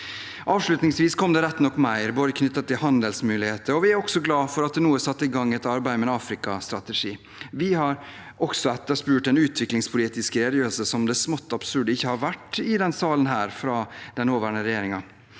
Avslutningsvis kom det rett nok mer knyttet til handelsmuligheter, og vi er også glad for at det nå er satt i gang et arbeid med en Afrika-strategi. Vi har også etterspurt en utviklingspolitisk redegjørelse, som det smått absurd ikke har vært i denne salen fra den nåværende regjeringen.